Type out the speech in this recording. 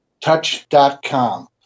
Touch.com